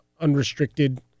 unrestricted